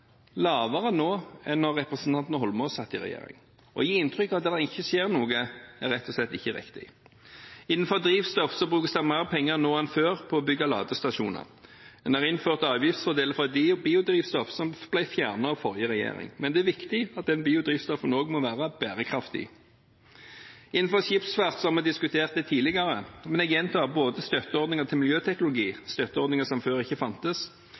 enn da representanten Eidsvoll Holmås satt i regjering. Å gi inntrykk av at det ikke skjer noe, er rett og slett ikke riktig. Innenfor drivstoff brukes det mer penger nå enn før på å bygge ladestasjoner. En har innført avgiftsfordeler for biodrivstoff, noe som ble fjernet av forrige regjering. Men det er viktig at disse biodrivstoffene også må være bærekraftige. Innenfor skipsfart – som vi diskuterte tidligere, men jeg gjentar det – er det både støtteordninger til miljøteknologi, støtteordninger som før ikke fantes,